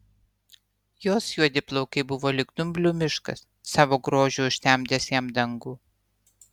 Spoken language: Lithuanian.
jos juodi plaukai buvo lyg dumblių miškas savo grožiu užtemdęs jam dangų